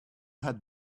had